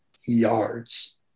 yards